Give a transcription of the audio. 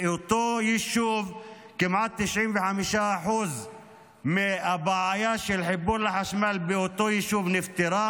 באותו יישוב כמעט 95% מהבעיה של החיבור לחשמל נפתרה,